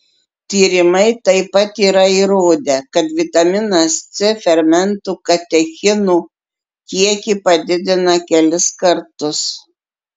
tyrimai taip pat yra įrodę kad vitaminas c fermentų katechinų kiekį padidina kelis kartus